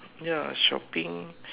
ya shopping